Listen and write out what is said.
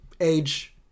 age